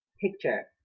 picture